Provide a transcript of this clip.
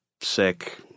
sick